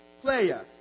player